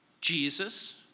Jesus